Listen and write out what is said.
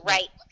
Right